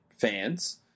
fans